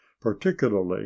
particularly